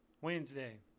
Wednesday